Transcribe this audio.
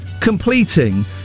completing